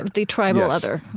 the tribal other,